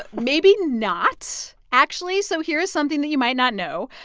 maybe not actually, so here is something that you might not know.